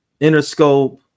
Interscope